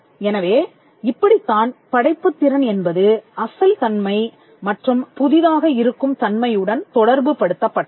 எனவே இப்படித்தான் படைப்புத் திறன் என்பது அசல் தன்மை மற்றும் புதிதாக இருக்கும் தன்மையுடன் தொடர்பு படுத்தப் பட்டது